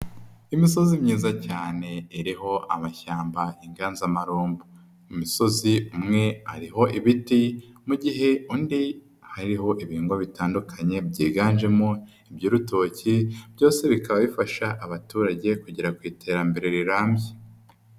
Imisozi myiza cyane iriho amashyamba y'inganza amarumbo,i misozi umwe ariho ibiti mu gihe undi hariho ibihingwa bitandukanye byiganjemo iby'urutoki byose bikaba bifasha abaturage kugera ku iterambere rirambye.